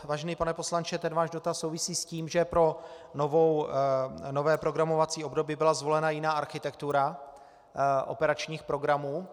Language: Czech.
Vážený pane poslanče, váš dotaz souvisí s tím, že pro nové programovací období byla zvolena jiná architektura operačních programů.